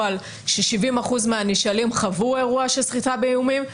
על כך ש-70 אחוזים מהנשאלים חוו אירוע של סחיטה באיומים,